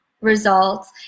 results